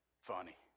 funny